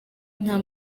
nta